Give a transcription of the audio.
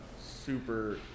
super